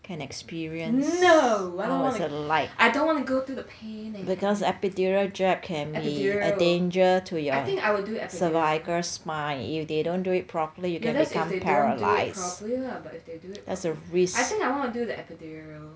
can experience what was it like because epidural jab can be a danger to your sacral spine if they don't do it properly you can become paralyzed there's a risk